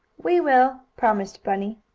we will! promised bunny.